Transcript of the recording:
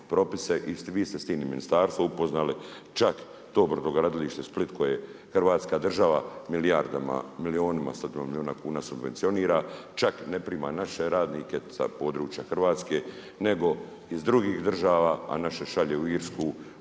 i vi se s tim ministarstvo upoznali, čak i to brodogradilište Split koje je hrvatska država milijardama, milijunima, stotina milijuna kuna subvencionira. Čak i ne prima naše radnike sa područja Hrvatske, nego iz drugih država, a naše šalje u Irsku,